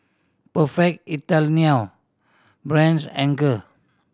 Perfect Italiano Brand's Anchor